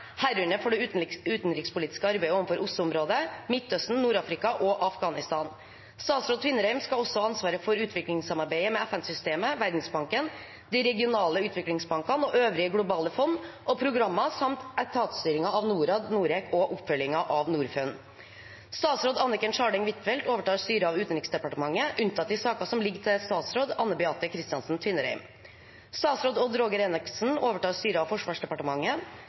herunder for det utviklingspolitiske arbeidet utenfor OSSE-området, Midtøsten, Nord-Afrika og Afghanistan. Statsråd Tvinnereim skal også ha ansvaret for utviklingssamarbeidet med FN-systemet, Verdensbanken, de regionale utviklingsbankene og øvrige globale fond og programmer samt etatsstyringen av Norad, Norec og oppfølgingen av Norfund. Statsråd Anniken Scharning Huitfeldt overtar styret av Utenriksdepartementet, unntatt de saker som ligger til statsråd Anne Beathe Kristiansen Tvinnereim. Statsråd Odd Roger Enoksen overtar styret av Forsvarsdepartementet.